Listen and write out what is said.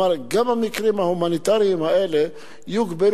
וגם פה הגבלנו את